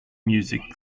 music